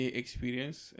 experience